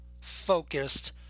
focused